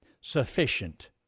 sufficient